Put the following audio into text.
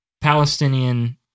Palestinian-